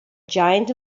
giant